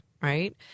right